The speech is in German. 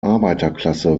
arbeiterklasse